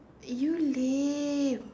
you lame